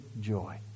joy